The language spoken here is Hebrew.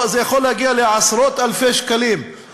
זה יכול להגיע לעשרות אלפי שקלים,